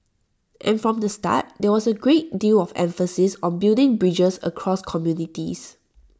and from the start there was A great deal of emphasis on building bridges across communities